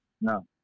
No